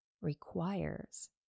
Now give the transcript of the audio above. requires